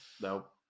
Nope